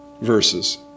Verses